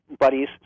buddies